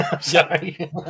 Sorry